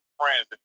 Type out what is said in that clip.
Friends